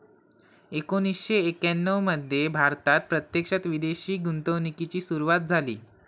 एकोणीसशे एक्याण्णव मध्ये भारतात प्रत्यक्षात विदेशी गुंतवणूकीची सुरूवात झाली